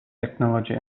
technology